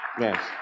Yes